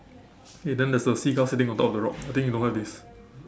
okay then there is a seagull sitting on top of the rock I think you don't have this